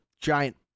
giant